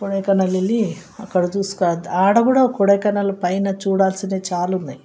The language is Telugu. కొడైకెనాల్ వెళ్ళి అక్కడ చూసు ఆడ కూడా కొడైకెనాల్ పైన చూడాల్సినవి చాలా ఉన్నాయి